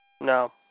No